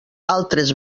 altres